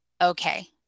okay